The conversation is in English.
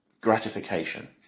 gratification